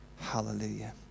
Hallelujah